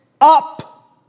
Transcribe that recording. up